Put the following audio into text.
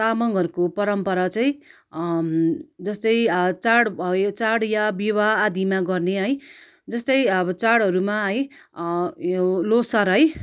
तामाङहरूको परम्परा चाहिँ जस्तै चाड भयो चाड वा विवाह आदिमा गर्ने है जस्तै अब चाडहरूमा है यो ल्होसार है